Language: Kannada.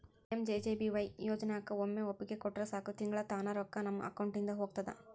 ಪಿ.ಮ್.ಜೆ.ಜೆ.ಬಿ.ವಾಯ್ ಯೋಜನಾಕ ಒಮ್ಮೆ ಒಪ್ಪಿಗೆ ಕೊಟ್ರ ಸಾಕು ತಿಂಗಳಾ ತಾನ ರೊಕ್ಕಾ ನಮ್ಮ ಅಕೌಂಟಿದ ಹೋಗ್ತದ